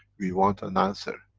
we want an answer.